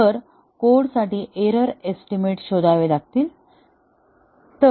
तर कोडसाठी error estimate शोधावे लागतील